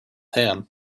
ham